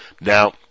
Now